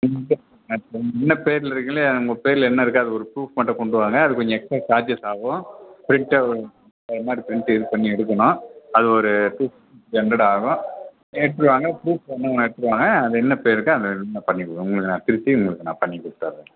என்ன பேரில் இருக்குகளோ உங்கள் பேரில் என்ன இருக்கோ அது ஒரு ப்ரூப் மட்டும் கொண்டு வாங்க அதுக்கு கொஞ்சம் எக்ஸ்ட்ரா சார்ஜ்ஸ் ஆகும் பிரிண்ட் எல்லாம் பிரிண்ட் ரெடி பண்ணி எடுக்கனும் அது ஒரு பண்ணனும் அது ஒரு சிக்ஸ் ஹண்ட்ரட் ஆகும் எடுத்துகிட்டு வாங்க ப்ரூப் எடுத்துகிட்டு வாங்க அது என்ன பேர் இருக்கோ அது பண்ணிவிடுறோம் நான் திருத்தி உங்களுக்கு நான் பண்ணி கொடுத்துட்றேன்